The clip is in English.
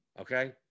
okay